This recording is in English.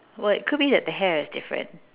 well it could be that the hair is different